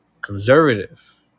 conservative